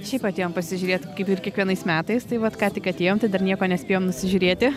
šiaip atėjom pasižiūrėt kaip ir kiekvienais metais tai vat ką tik atėjom tai dar nieko nespėjom nusižiūrėti